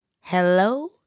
hello